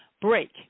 break